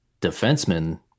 defenseman